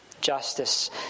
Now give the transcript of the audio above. justice